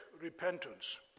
Repentance